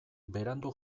berandu